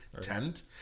tent